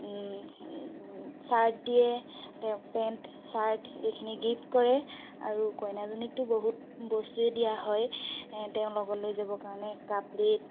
shirt দিয়ে তেওঁক pant shirt এইখিনি গিফট কৰে আৰু কইনাজনীকতো বহুত বস্তুৱে দিয়া হয় তেওঁ লগত লৈ যাবৰ কাৰণে কাপ প্লে'ট